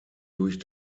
durch